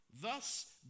Thus